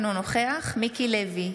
אינו נוכח מיקי לוי,